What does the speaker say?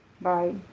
Bye